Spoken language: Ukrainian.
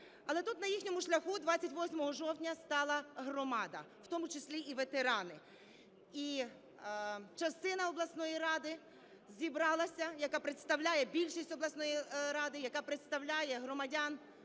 Але тут на їхньому шляху 28 жовтня стала громада, в тому числі і ветерани. І частина обласної ради зібралася, яка представляє більшість обласної ради, яка представляє громадян